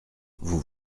vous